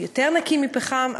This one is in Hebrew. הוא יותר נקי מפחם,